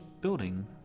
building